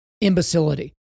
imbecility